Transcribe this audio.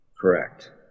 Correct